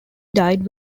died